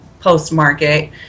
post-market